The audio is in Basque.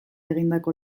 egindako